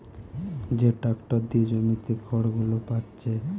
যে ট্যাক্টর দিয়ে জমিতে খড়গুলো পাচ্ছে